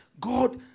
God